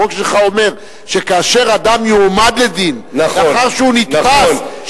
החוק שלך אומר שכאשר אדם יועמד לדין לאחר שהוא נתפס,